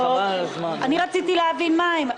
אני רציתי להבין מהן.